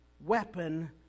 weapon